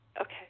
Okay